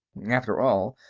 after all,